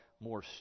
more